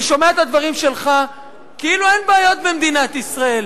אני שומע את הדברים שלך כאילו אין בעיות במדינת ישראל,